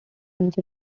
since